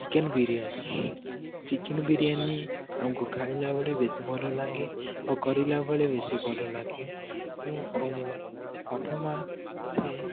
chicken biryani chicken biryani ଆମକୁ ଖାଇଲାବେଳେ ବେଶୀ ଭଲ ଲାଗେ ଓ କରିଲା ବେଳେ ବେଶୀ ଭଲ ଲାଗେ ମୁଁ ଓ ମୋ ବାପା ମାଆ ସେ